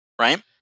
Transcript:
right